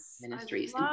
ministries